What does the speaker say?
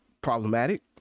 problematic